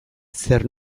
zer